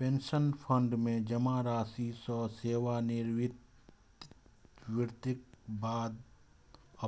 pension fund मे जमा राशि सं सेवानिवृत्तिक बाद